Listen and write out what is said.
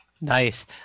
Nice